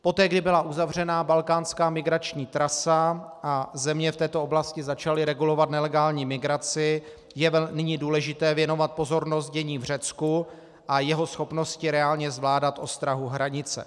Poté kdy byla uzavřena balkánská migrační trasa a země v této oblasti začaly regulovat nelegální migraci, je nyní důležité věnovat pozornost dění v Řecku a jeho schopnosti reálně zvládat ostrahu hranice.